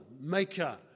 maker